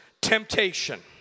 temptation